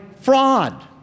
fraud